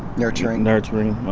nurturing? nurturing,